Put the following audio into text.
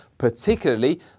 particularly